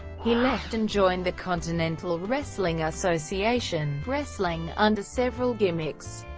he left and joined the continental wrestling association, wrestling under several gimmicks.